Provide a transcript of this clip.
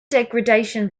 degradation